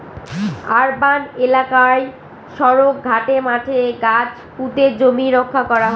urban এলাকায় সড়ক, ঘাটে, মাঠে গাছ পুঁতে জমি রক্ষা করা হয়